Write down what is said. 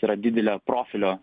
yra didelio profilio